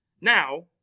Now